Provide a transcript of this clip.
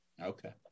okay